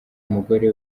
umugore